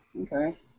Okay